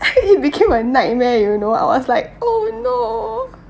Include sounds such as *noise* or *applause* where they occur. *laughs* it became a nightmare you know I was like oh no